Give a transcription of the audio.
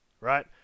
right